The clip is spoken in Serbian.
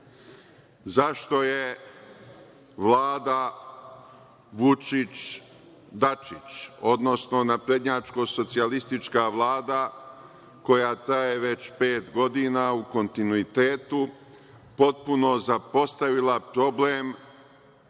Zašto je Vlada Vučić-Dačić, odnosno naprednjačko-socijalistička Vlada, koja traje već pet godina u kontinuitetu, potpuno zapostavila problem